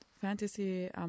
fantasy